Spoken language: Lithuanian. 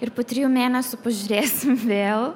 ir po trijų mėnesių pažiūrėsim vėl